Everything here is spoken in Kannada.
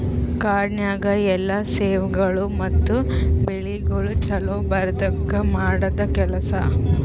ಕಾಡನ್ಯಾಗ ಎಲ್ಲಾ ಸೇವೆಗೊಳ್ ಮತ್ತ ಬೆಳಿಗೊಳ್ ಛಲೋ ಬರದ್ಕ ಮಾಡದ್ ಕೆಲಸ